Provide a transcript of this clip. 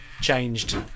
changed